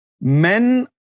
men